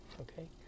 Okay